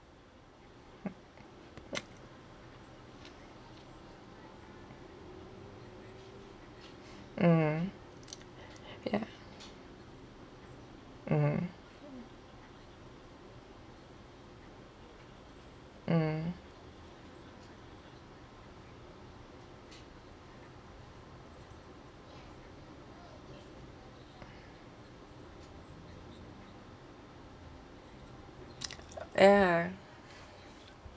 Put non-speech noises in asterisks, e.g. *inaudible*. *noise* mm ya mm mm *noise* ya